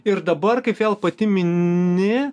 ir dabar kaip vėl pati mini